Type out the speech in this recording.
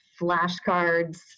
Flashcards